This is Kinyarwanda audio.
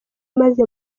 maze